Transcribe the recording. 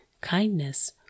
kindness